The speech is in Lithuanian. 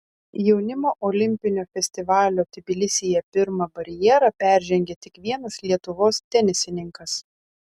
jaunimo olimpinio festivalio tbilisyje pirmą barjerą peržengė tik vienas lietuvos tenisininkas